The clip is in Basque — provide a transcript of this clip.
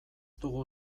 dugu